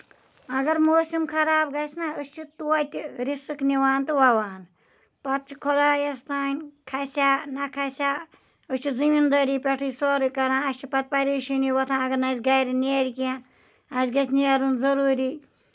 اَگر موسِم خراب گژھِ نہ أسۍ چھِ توتہِ رِسٕک نِوان تہٕ وَوان پَتہٕ چھُ خۄدایَس تانۍ کھسیا نہ کھسیا أسۍ چھِ زٔمیٖندٲری پٮ۪ٹھٕے سورُے کران اَسہِ چھِ پَتہٕ پَریشٲنی وۄتھان اَگر نہٕ اَسہِ گرِ نیرِ کیٚںہہ اَسہِ گژھِ نیرُن ضروٗری